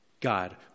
God